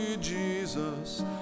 jesus